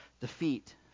defeat